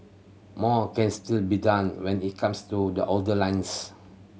more can still be done when it comes to the older lines